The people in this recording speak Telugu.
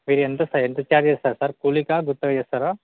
మీరు ఎంత సార్ ఎంత ఛార్జ్ చేస్తారు సార్ కూలీకా గుత్తకి చేస్తారా